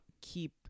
Keep